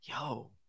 Yo